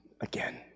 again